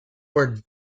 word